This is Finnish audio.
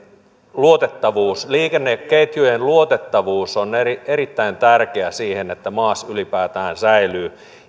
liikenneketjujen luotettavuus on erittäin tärkeää sille että maas ylipäätään säilyy